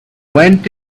went